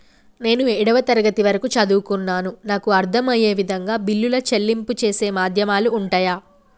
నేను ఏడవ తరగతి వరకు చదువుకున్నాను నాకు అర్దం అయ్యే విధంగా బిల్లుల చెల్లింపు చేసే మాధ్యమాలు ఉంటయా?